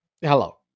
Hello